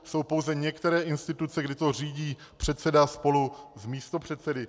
Jsou pouze některé instituce, kde to řídí předseda spolu s místopředsedy.